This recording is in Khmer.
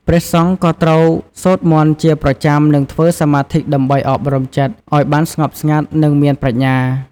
ព្រះសង្ឃក៏ត្រូវសូត្រមន្តជាប្រចាំ និងធ្វើសមាធិដើម្បីអប់រំចិត្តឲ្យបានស្ងប់ស្ងាត់ និងមានប្រាជ្ញា។